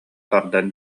тардан